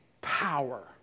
power